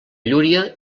llúria